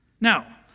now